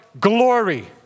glory